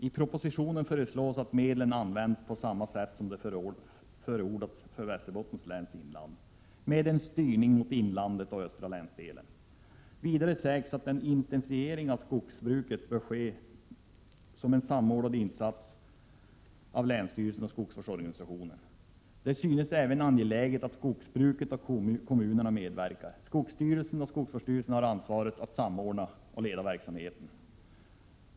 I propositionen föreslås att medlen används på samma sätt som har förordats för Västerbottens läns inland, med styrning mot inlandet och den östra länsdelen. Vidare sägs att en intensifiering av skogsbruket bör ske som en samordnad insats av länsstyrelsen och skogsvårdsorganisationen. Det synes även angeläget att skogsbruket och kommunerna medverkar. Skogsstyrelsen och skogsvårdsstyrelsen har ansvaret för att samordna och leda verksamheten.